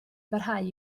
barhau